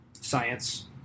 science